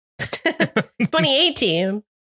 2018